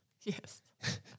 Yes